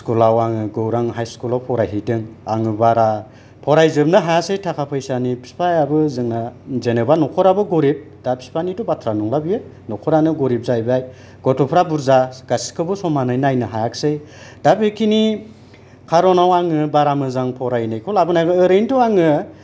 school आव आङो गौरां हाइ स्कुल आव फरायहैदों आङो बारा फरायजोबनो हायासै थाखा फैसानि बिफायाबो जोंना जेनोबा न'खराबो गरिब दा बिफानिथ' बाथ्रा नंला बियो न'खरानो गरिब जाहैबाय गथ'फ्राबो बुरजा गासिखौबो समानै नायनो हायाखिसै दा बेखिनि कारनाव आंङो बारा मोजां फरायनायखौ लाबोनो ओरैनोथ' आङो